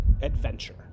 adventure